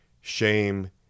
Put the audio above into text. shame